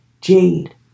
Jade